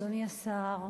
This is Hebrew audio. אדוני השר,